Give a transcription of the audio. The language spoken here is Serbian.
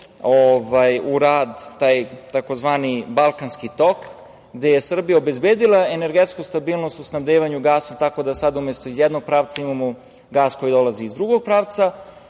u rad taj tzv. Balkanski tok, gde je Srbija obezbedila energetsku stabilnost u snabdevanju gasa, tako da sada umesto iz jednog pravca, imamo gas koji dolazi iz drugog pravca,